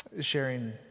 sharing